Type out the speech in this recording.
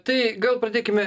tai gal pradėkime